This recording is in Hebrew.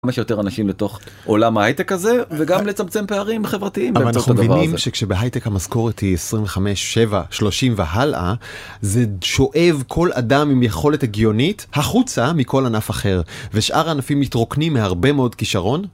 כמה שיותר אנשים לתוך עולם ההייטק הזה, וגם לצמצם פערים חברתיים... אבל אנחנו מבינים שכשבהייטק המשכורת היא 25, 27, 30, והלאה, זה שואב כל אדם עם יכולת הגיונית החוצה מכל ענף אחר ושאר הענפים מתרוקנים מהרבה מאוד כישרון.